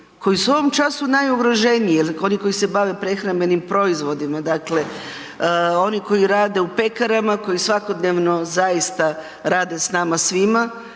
koji su u ovom času najugroženiji, jer oni koji se bave prehrambenim proizvodima dakle oni koji rade u pekarama, koji svakodnevno zaista rade s nama svima.